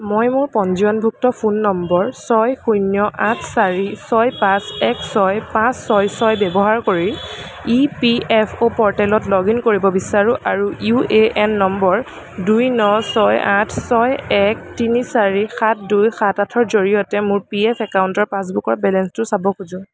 মই মোৰ পঞ্জীয়নভুক্ত ফোন নম্বৰ ছয় শূণ্য় আঠ চাৰি ছয় পাঁচ এক ছয় পাঁচ ছয় ছয় ব্যৱহাৰ কৰি ই পি এফ অ' প'ৰ্টেলত লগ ইন কৰিব বিচাৰোঁ আৰু ইউ এ এন নম্বৰ দুই ন ছয় আঠ ছয় এক তিনি চাৰি সাত দুই সাত আঠৰ জৰিয়তে মোৰ পি এফ একাউণ্টৰ পাছবুকৰ বেলেঞ্চটো চাব খোজোঁ